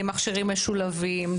מכשירים משולבים,